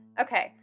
Okay